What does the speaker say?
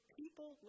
people